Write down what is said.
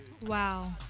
Wow